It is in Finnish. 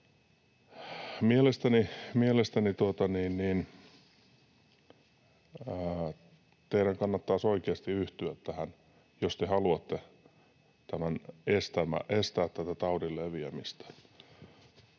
Mielestäni teidän kannattaisi oikeasti yhtyä tähän, jos te haluatte estää tätä taudin leviämistä.